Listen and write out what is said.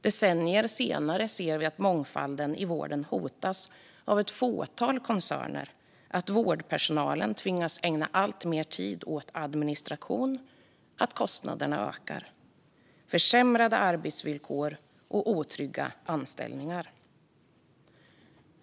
Decennier senare ser vi att mångfalden i vården hotas av ett fåtal koncerner, att vårdpersonalen tvingas ägna alltmer tid åt administration och att kostnaderna ökar. Det är försämrade arbetsvillkor och otrygga anställningar.